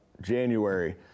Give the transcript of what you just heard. January